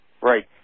Right